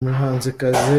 muhanzikazi